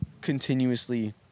continuously